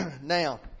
Now